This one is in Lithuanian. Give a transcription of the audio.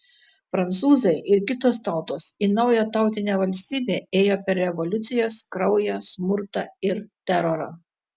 prancūzai ir kitos tautos į naują tautinę valstybę ėjo per revoliucijas kraują smurtą ir terorą